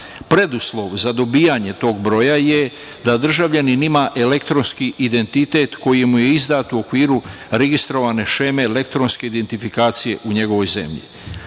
Preduslov za dobijanje tog broja je da državljanin ima elektronski identitet koji mu je izdatu okviru registrovane šeme elektronske identifikacije u njegovoj